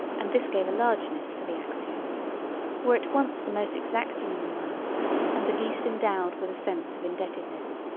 and this gave a largeness to the axiom were at once the most exacting in the world and the least endowed with a sense of indebtedness.